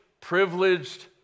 privileged